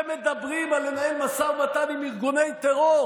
שמדברים כל כך הרבה על לנהל משא ומתן עם ארגוני טרור,